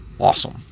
awesome